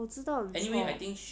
我知道很 cou